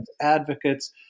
advocates